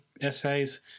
essays